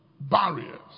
barriers